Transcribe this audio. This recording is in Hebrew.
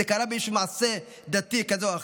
זה קרה באיזה מעשה דתי זה או אחר.